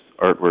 artwork